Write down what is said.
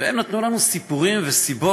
והם נתנו לנו סיפורים וסיבות,